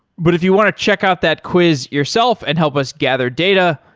but if you want to check out that quiz yourself and help us gather data,